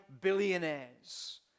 billionaires